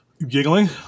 Giggling